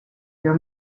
your